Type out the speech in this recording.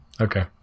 okay